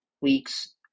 weeks